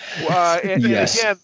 Yes